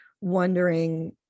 wondering